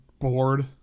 bored